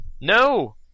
No